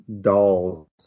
dolls